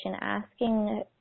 asking